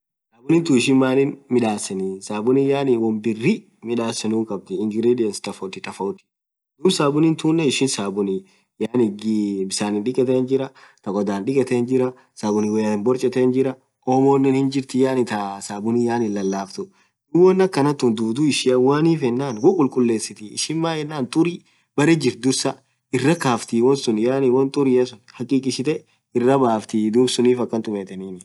Sabunni tun ishi maanin midhaseni sabuni yaani won birri midhasenun khabdhi in gradius tofauti tofauti. dhub sabuni tunen ishin sabuni akhii bisanni dhikethet jirah thaa khodha dhiketthet jirah sabunii woyaan borcheten jirah Omonen hinjirti yaani thaa sabuni lalafthu dhub won akhanathun dhudhu ishia maanif yenann woo khulkhullesith ishin maaenen thurii berre jirtt dhursaa irakhafthi wonsun yaani wonn thuria suun hakkishethe iraabafthii dhub sunnif akhan tumetheni